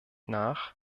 nach